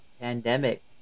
pandemic